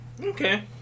okay